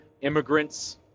immigrants